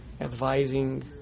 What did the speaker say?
advising